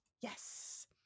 Yes